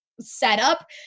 setup